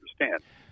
understand